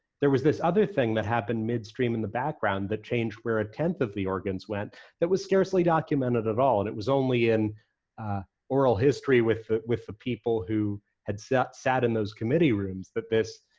there was this other thing that happened mid stream in the background that changed where a tenth of the organs went that was scarcely documented at all, and it was only in oral history with with the people who had sat sat in those committee rooms that this